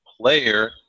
player